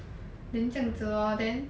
then 这样子 lor then